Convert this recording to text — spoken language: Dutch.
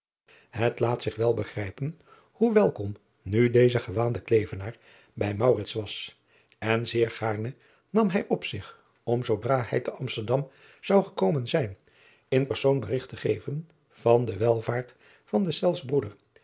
et laat zich wel begrijpen hoe welkom nu deze gewaande levenaar bij was en zeer gaarne nam hij op zich om zoodra hij te msterdam zou gekomen zijn in persoon berigt te geven van de welvaart van deszelfs broeder